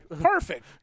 Perfect